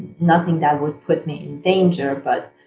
nothing that would put me in danger, but